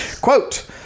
Quote